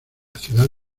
ciudad